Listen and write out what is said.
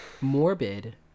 morbid